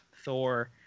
Thor